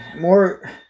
more